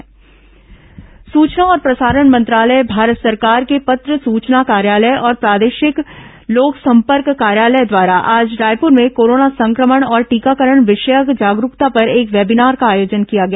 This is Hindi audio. पीआईबी वेबिनार सूचना और प्रसारण मंत्रालय भारत सरकार के पत्र सूचना कार्यालय और प्रादेशिक लोक संपर्क कार्यालय द्वारा आज रायपुर में कोरोना संक्रमण और टीकाकरण विषयक जागरूकता पर एक वेबिनार का आयोजन किया गया